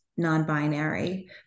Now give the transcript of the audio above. non-binary